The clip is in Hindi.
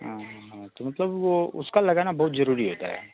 हाँ हाँ तो मतलब वो उसका लगाना बहुत जरूरी होता है